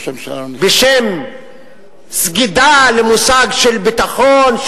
בשם סגידה למושג של ביטחון,